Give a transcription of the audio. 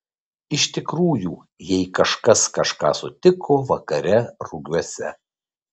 iš tikrųjų jei kažkas kažką sutiko vakare rugiuose